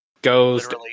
Goes